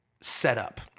setup